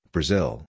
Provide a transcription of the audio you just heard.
Brazil